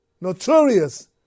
notorious